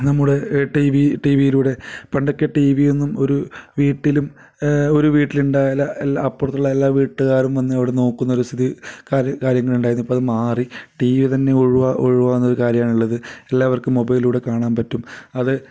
നമ്മുടെ TV ടി വിയിലൂടെ പണ്ടൊക്കെ ടി വിയൊന്നും ഒരു വീട്ടിലും ഒരു വീട്ടിലുണ്ടായാൽ എല്ല അപ്പുറത്തുള്ള എല്ലാ വീട്ടുകാരും വന്ന് അവിടെ നോക്കുന്നൊരു സ്ഥിതി കാര്യ കാര്യങ്ങളുണ്ടായിരുന്നു ഇപ്പോൾ അതു മാറി ടി വി തന്നെ ഒഴിവാ ഒഴിവാകുന്ന ഒരു കാര്യമാണുള്ളത് എല്ലാവർക്കും മൊബൈലിലൂടെ കാണാൻ പറ്റും അത്